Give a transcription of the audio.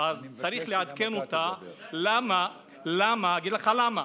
צריך לעדכן אותה, אגיד לך למה.